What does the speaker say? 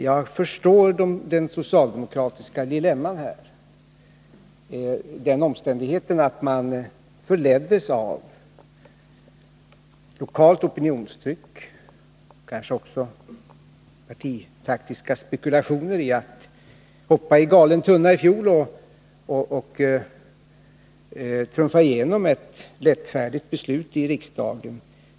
Jag förstår det socialdemokratiska dilemmat, att man förleddes av lokalt opinionstryck och kanske också partitaktiska spekulationer att hoppa i galen tunna i fjol och trumfa igenom ett lättfärdigt beslut i riksdagen.